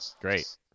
great